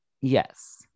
Yes